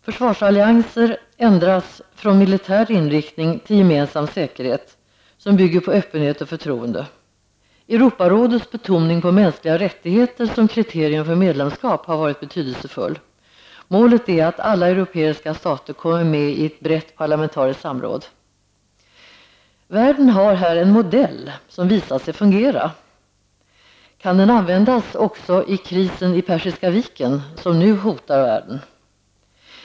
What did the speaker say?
Försvarsallianser ändras från militär inriktning till gemensam säkerhet, som bygger på öppenhet och förtroende. Europarådets betoning på mänskliga rättigheter som kriterium för medlemskap har varit betydelsefull. Målet är att alla europeiska stater kommer med i ett brett parlamentariskt samråd. Världen har här en modell som visat sig fungera. Kan den användas också i krisen vid Persiska viken, som nu hotar världen?